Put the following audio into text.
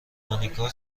مانیکا